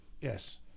Yes